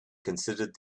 considered